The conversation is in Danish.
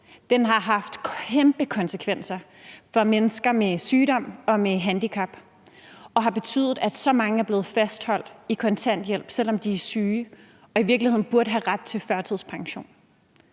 Den har haft kæmpe konsekvenser for mennesker med sygdom og med handicap og har betydet, at så mange er blevet fastholdt i kontanthjælp, selv om de er syge og i virkeligheden burde have ret til førtidspension.